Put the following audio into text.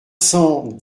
cent